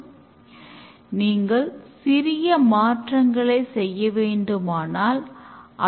பின்னர் சிறிய பதிப்புகள் மிகச்சிறிய இடைவெளியில் வெளிவருகின்றன